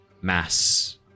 mass